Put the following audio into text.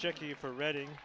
jackie for reading